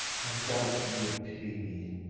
i thought you would pity me and